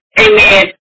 amen